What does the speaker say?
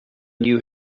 knew